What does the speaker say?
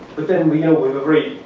but then we know we've agreed,